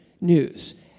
news